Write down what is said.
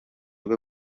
rwe